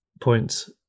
points